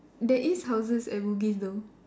there is houses at Bugis though